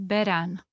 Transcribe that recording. Beran